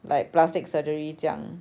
like plastic surgery 这样